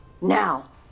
Now